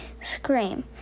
scream